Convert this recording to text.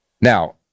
Now